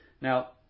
Now